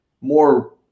more